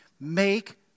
Make